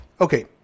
Okay